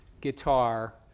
guitar